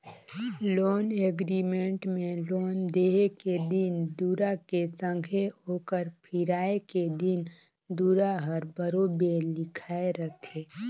loan agreement में loan देहे के दिन दुरा के संघे ओकर फिराए के दिन दुरा हर बरोबेर लिखाए रहथे